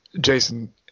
Jason